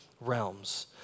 realms